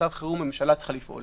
במצב חירום הממשלה צריכה לפעול